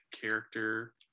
character